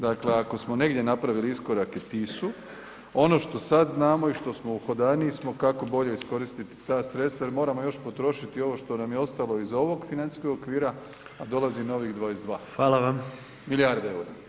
Dakle, ako smo negdje napravili iskorak ... ono što sad znamo i što smo uhodaniji, smo kako bolje iskoristiti ta sredstva jer moramo još potrošiti ovo što nam je ostalo iz ovog financijskog okvira, dolazi novih 22 [[Upadica: Hvala vam.]] milijarde eura.